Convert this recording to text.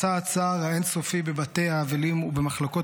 מסע הצער האין-סופי בבתי האבלים ובמחלקות